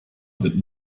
wird